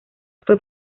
fue